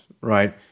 right